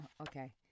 Okay